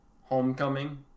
Homecoming